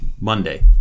Monday